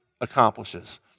accomplishes